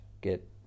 get